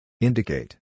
Indicate